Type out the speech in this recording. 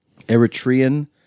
Eritrean